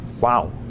Wow